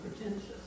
pretentious